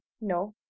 no